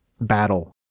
battle